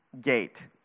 gate